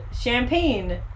Champagne